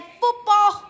football